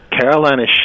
Carolina